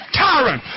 tyrant